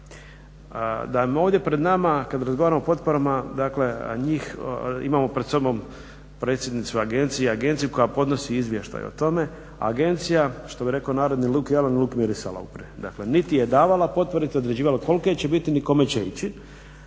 da ovdje pred nama kad razgovaramo o potporama dakle a njih imamo pred sobom predsjednicu agencije i agenciju koja podnosi izvještaj o tome, agencija što bi rekao narod …/Ne razumije se. Dakle, niti je davala potvrde niti određivala kolike će biti ni kome će ići.